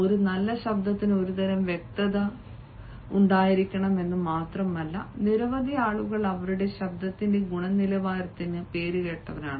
ഒരു നല്ല ശബ്ദത്തിന് ഒരുതരം വ്യക്തത ഉണ്ടായിരിക്കണം എന്ന് മാത്രമല്ല നിരവധി ആളുകൾ അവരുടെ ശബ്ദത്തിന്റെ ഗുണനിലവാരത്തിനും പേരുകേട്ടവരാണ്